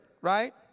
right